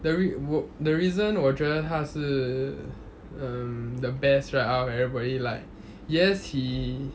re~ wo~ the reason 我觉得他是 um the best right out of everybody like yes he